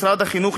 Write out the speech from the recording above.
משרד החינוך,